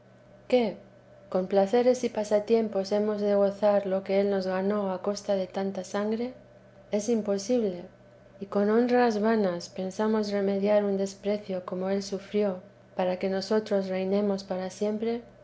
qué con placeres y pasatiempos hemos de gozar lo que él nos ganó a costa de tanta sangre es imposible y con honras vanas pensamos remediar un desprecio como él sufrió para que nosotros reinemos para siempre